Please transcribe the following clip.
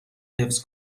حفظ